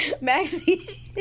Maxie